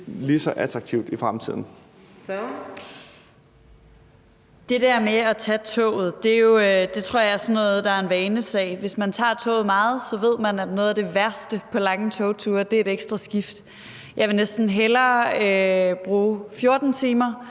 Kl. 14:27 Sofie Lippert (SF): Det der med at tage toget tror jeg er sådan noget, der er en vanesag. Hvis man tager toget meget, ved man, at noget af det værste på lange togture er et ekstra skift. Jeg vil næsten hellere bruge 14 timer